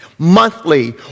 Monthly